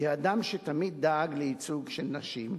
כאדם שתמיד דאג לייצוג של נשים,